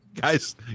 Guys